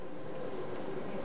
אגב,